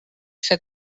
ser